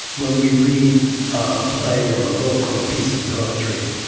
when we read a play or a book or a piece of poetry?